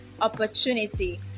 opportunity